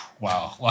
wow